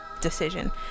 decision